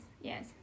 yes